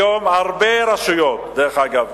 היום הרבה רשויות, דרך אגב,